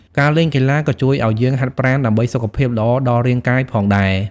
ការលេងកីឡាក៏ជួយឲ្យយើងហាត់ប្រាណ ដើម្បីសុខភាពល្អដល់រាងកាយផងដែរ។